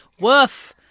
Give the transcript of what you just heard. Woof